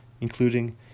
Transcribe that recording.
including